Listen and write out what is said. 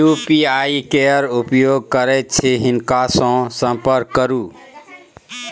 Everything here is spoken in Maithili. यू.पी.आई केर उपयोग करैत छी हिनका सँ संपर्क करु